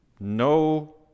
No